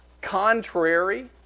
contrary